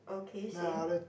okay same